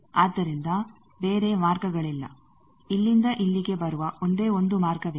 ಆದ್ದರಿಂದ ಬೇರೆ ಮಾರ್ಗಗಳಿಲ್ಲ ಇಲ್ಲಿಂದ ಇಲ್ಲಿಗೆ ಬರುವ ಒಂದೇ ಒಂದು ಮಾರ್ಗವಿದೆ